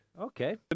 Okay